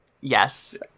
Yes